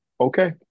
okay